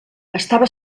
estava